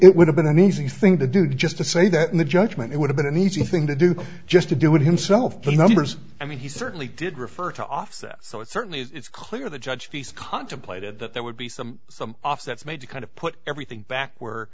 it would have been an easy thing to do just to say that in the judgment it would have been an easy thing to do just to do it himself the numbers i mean he certainly did refer to offset so it's certainly it's clear the judge fees contemplated that there would be some some offsets made to kind of put everything back where